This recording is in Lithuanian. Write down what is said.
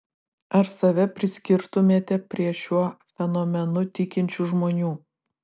ar save priskirtumėte prie šiuo fenomenu tikinčių žmonių